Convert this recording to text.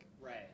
Right